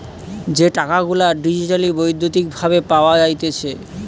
যে টাকা গুলা ডিজিটালি বৈদ্যুতিক ভাবে পাওয়া যাইতেছে